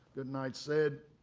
goodnight said.